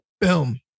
boom